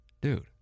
dude